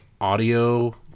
audio